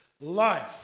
Life